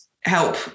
help